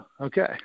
okay